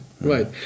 Right